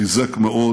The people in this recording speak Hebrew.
חיזק מאוד